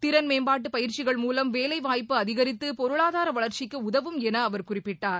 திறன்மேம்பாட்டு பயிற்சிகள் மூலம் வேலை வாய்ப்பு அதிகரித்து பொருளாதார வளர்ச்சிக்கு உதவும் என அவர் குறிப்பிட்டார்